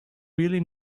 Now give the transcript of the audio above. really